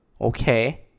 Okay